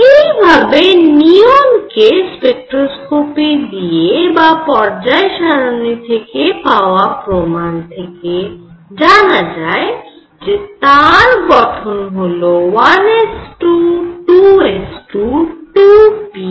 এই ভাবে নিয়ন কে স্পেট্রোস্কোপি দিয়ে বা পর্যায় সারণির থেকে পাওয়া প্রমাণ থেকে জানা যায় তার গঠন হল1 s 2 2 s 2 2 p 6